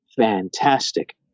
fantastic